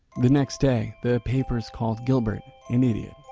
the next day, the papers called gilbert an idiot.